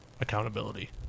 accountability